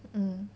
mm